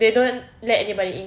they don't let anybody in